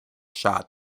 shot